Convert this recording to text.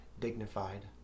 dignified